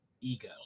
Ego